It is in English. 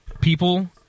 people